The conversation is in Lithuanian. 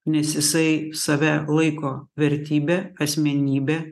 nes jisai save laiko vertybe asmenybe